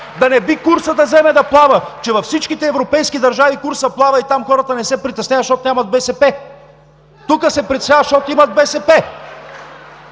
да не би курсът да вземе да плава. Във всичките европейски държави курсът плава и там хората не се притесняват, защото нямат БСП! (Силен шум.) Тук се притесняват, защото имат БСП!